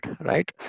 right